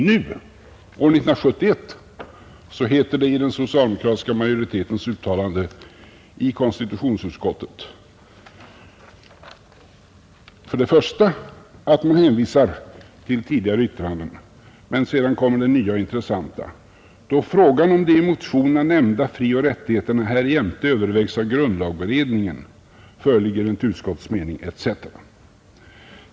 Nu, år 1971, heter det i den socialdemokratiska majoritetens uttalande i konstitutionsutskottet först att man hänvisar till tidigare yttranden och sedan kommer det nya och intressanta: ”Då frågan om de i motionerna nämnda frioch rättigheterna härjämte övervägs av grundlagberedningen, föreligger enligt utskottets mening ———” etc.